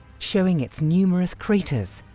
showing its numerous craters,